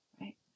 right